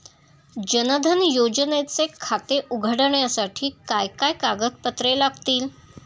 जनधन योजनेचे खाते उघडण्यासाठी काय काय कागदपत्रे लागतील?